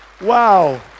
Wow